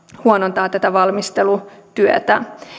huonontavat tätä valmistelutyötä